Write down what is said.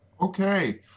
Okay